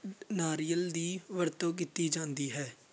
ਨਾਰੀਅਲ ਦੀ ਵਰਤੋਂ ਕੀਤੀ ਜਾਂਦੀ ਹੈ